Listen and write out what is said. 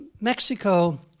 Mexico